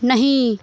नहि